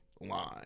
line